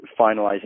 finalizing